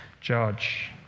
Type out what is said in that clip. judge